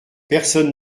personne